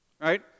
Right